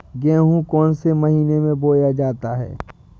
गेहूँ कौन से महीने में बोया जाता है?